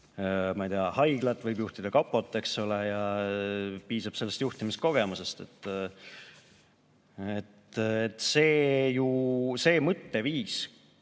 ma ei tea, haiglat, võib juhtida kapot, ja piisab sellest juhtimiskogemusest. See mõtteviis